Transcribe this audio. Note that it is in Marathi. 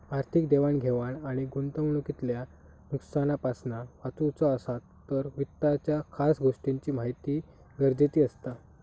आर्थिक देवाण घेवाण आणि गुंतवणूकीतल्या नुकसानापासना वाचुचा असात तर वित्ताच्या खास गोष्टींची महिती गरजेची असता